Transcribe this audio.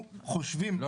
לא,